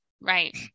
Right